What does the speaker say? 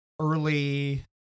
early